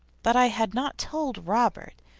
but i had not told robert,